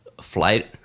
flight